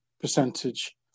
percentage